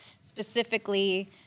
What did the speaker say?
specifically